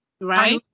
Right